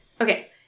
Okay